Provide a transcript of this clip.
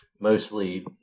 mostly